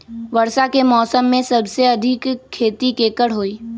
वर्षा के मौसम में सबसे अधिक खेती केकर होई?